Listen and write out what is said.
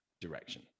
direction